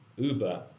uber